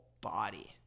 body